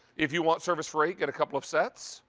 if you want service for eight, get a couple of sets.